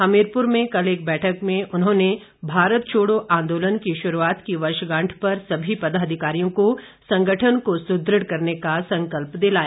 हमीरपुर में कल एक बैठक में उन्होंने भारत छोड़ो आंदोलन की शुरूआत की वर्षगांठ पर सभी पदाधिकारियों से संगठन को सुदृढ़ करने का संकल्प दिलाया